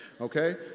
okay